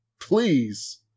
Please